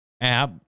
app